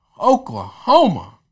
Oklahoma